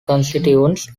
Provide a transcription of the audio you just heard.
constituents